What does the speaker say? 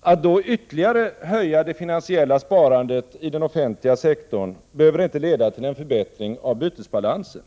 Att då ytterligare höja det finansiella sparandet i den offentliga sektorn behöver inte leda till en förbättring av bytesbalansen.